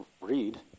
read